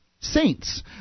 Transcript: saints